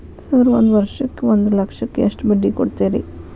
Sir ಒಂದು ವರ್ಷಕ್ಕ ಒಂದು ಲಕ್ಷಕ್ಕ ಎಷ್ಟು ಬಡ್ಡಿ ಕೊಡ್ತೇರಿ?